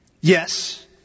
Yes